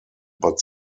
but